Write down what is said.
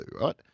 right